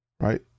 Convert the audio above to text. Right